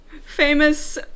famous